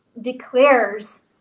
declares